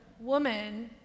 Woman